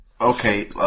Okay